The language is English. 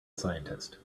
scientist